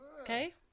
Okay